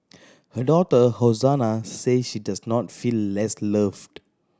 her daughter Hosanna says she does not feel less loved